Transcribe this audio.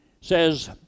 Says